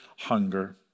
hunger